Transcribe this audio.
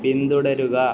പിന്തുടരുക